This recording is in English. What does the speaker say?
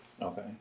Okay